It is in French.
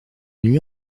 nuit